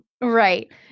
Right